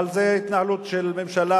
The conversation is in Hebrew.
אבל זה התנהלות של ממשלה,